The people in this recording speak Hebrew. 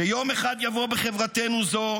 שיום אחד יבוא בחברתנו זו,